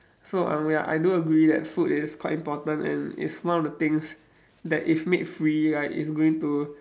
so um ya I do agree that food is quite important and is one of the things that if made free right is going to